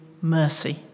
mercy